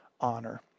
honor